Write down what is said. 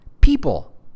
People